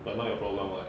but not your problem [what]